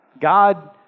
God